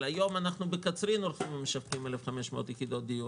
בקרוב אנחנו משווקים בקצרין 1,500 יחידות דיור,